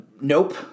Nope